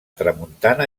tramuntana